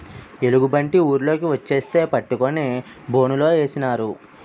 ఎలుగుబంటి ఊర్లోకి వచ్చేస్తే పట్టుకొని బోనులేసినారు